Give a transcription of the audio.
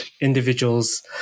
individuals